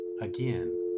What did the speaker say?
again